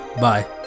bye